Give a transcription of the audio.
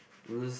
losers